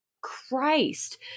Christ